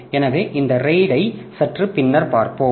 எனவே இந்த RAID ஐ சற்று பின்னர் பார்ப்போம்